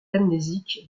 amnésique